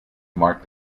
marked